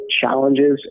challenges